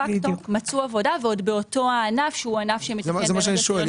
מצאו עבודה ועוד באותו ענף שהוא ענף --- זה מה שאני שואל.